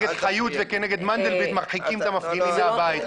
חיות וכנגד מנדלבליט מרחיקים את המפגינים מהבית.